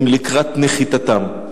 הם לקראת נחיתתם.